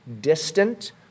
distant